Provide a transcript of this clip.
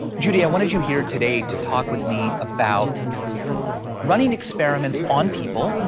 judy, i wanted you here today to talk with me about running experiments on people,